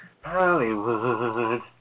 Hollywood